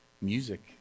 music